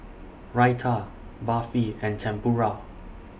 Raita Barfi and Tempura